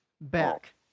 back